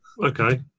Okay